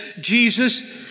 Jesus